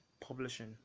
publishing